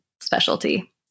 specialty